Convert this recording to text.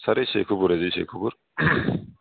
sir ਏ ਸ਼ੇਖੂਪੁਰ ਹੈ ਜੀ ਸ਼ੇਖੂਪੁਰ